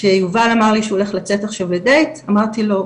כשיובל אמר לי שהוא הולך לצאת עכשיו לדייט אמרתי לו,